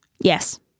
Yes